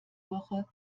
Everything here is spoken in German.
woche